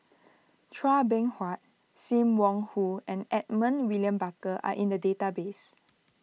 Chua Beng Huat Sim Wong Hoo and Edmund William Barker are in the database